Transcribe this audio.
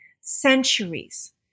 centuries